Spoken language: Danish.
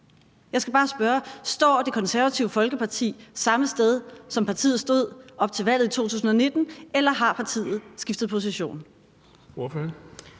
Jeg skal bare spørge: Står Det Konservative Folkeparti samme sted, som partiet stod op til valget i 2019, eller har partiet skiftet position?